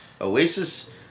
Oasis